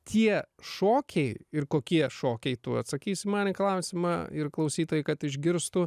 tie šokiai ir kokie šokiai tu atsakysi man į klausimą ir klausytojai kad išgirstų